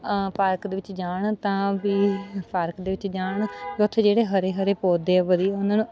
park ਦੇ ਵਿੱਚ ਜਾਣ ਤਾਂ ਵੀ ਪਾਰਕ ਦੇ ਵਿੱਚ ਜਾਣ ਵੀ ਉੱਥੇ ਜਿਹੜੇ ਹਰੇ ਹਰੇ ਪੌਦੇ ਆ ਵਧੀਆ ਉਹਨਾਂ ਨੂੰ